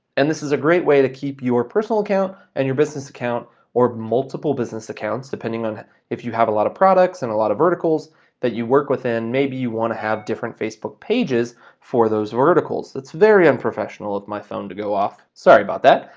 and this is a great way to keep your personal account and your business account or multiple business accounts, depending on if you have a lotta products and a lotta verticals that you work within, maybe you wanna have different facebook pages for those verticals. it's very unprofessional of my phone to go off. sorry about that.